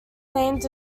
named